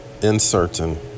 uncertain